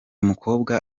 mukobwa